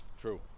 True